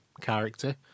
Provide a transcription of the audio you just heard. character